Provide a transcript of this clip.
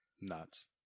Nuts